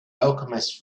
alchemist